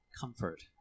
comfort